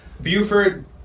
Buford